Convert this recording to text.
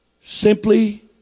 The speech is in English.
simply